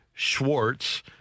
Schwartz